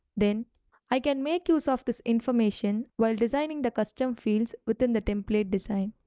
then i can make use of this information, while designing the custom fields within the template design.